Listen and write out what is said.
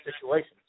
situations